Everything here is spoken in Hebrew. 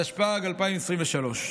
התשפ"ג 2023,